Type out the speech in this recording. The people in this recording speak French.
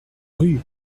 rue